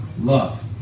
Love